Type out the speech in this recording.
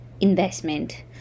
investment